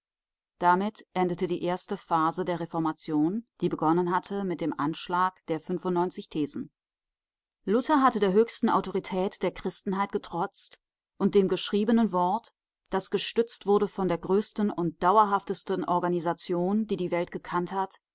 damit endete die erste phase der reformation die begonnen hatte mit dem anschlag der thesen luther hatte der höchsten autorität der christenheit getrotzt und dem geschriebenen wort das gestützt wurde von der größten und dauerhaftesten organisation die die welt gekannt hat